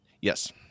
Yes